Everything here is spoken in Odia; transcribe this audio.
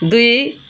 ଦୁଇ